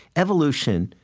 evolution,